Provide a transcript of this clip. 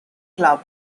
club